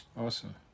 Awesome